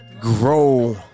grow